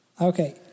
Okay